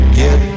get